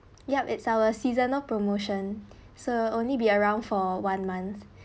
yup it's our seasonal promotion so only be around for one month